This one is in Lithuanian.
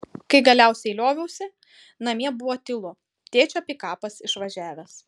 kai galiausiai lioviausi namie buvo tylu tėčio pikapas išvažiavęs